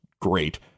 great